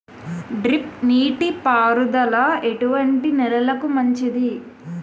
Drip నీటి పారుదల ఎటువంటి నెలలకు మంచిది?